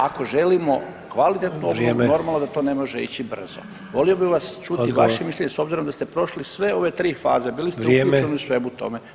Ako želimo kvalitetnu obnovu normalno da to ne može ići brzo [[Upadica Sanader: Vrijeme.]] Volio bih vas čuti vaše mišljenje s obzirom da ste prošli sve ove tri faze bili ste upućeni u svemu tome.